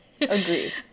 Agreed